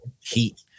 heat